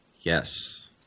Yes